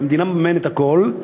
המדינה מממנת הכול.